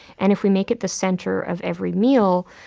and if we make it the center of every meal,